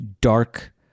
dark